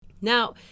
Now